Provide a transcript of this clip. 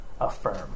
affirm